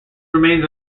remains